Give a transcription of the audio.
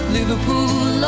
Liverpool